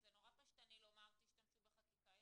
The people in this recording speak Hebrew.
זה נורא פשטני לומר תשתמשו בחקיקה.